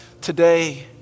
today